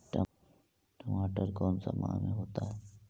टमाटर कौन सा माह में होता है?